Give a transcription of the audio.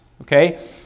Okay